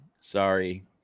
Sorry